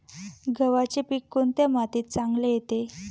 गव्हाचे पीक कोणत्या मातीत चांगले येते?